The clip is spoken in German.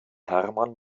hermann